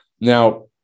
Now